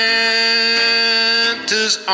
Santa's